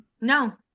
No